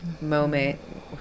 moment